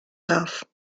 darf